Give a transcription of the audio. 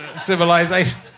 civilization